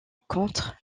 contre